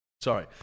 sorry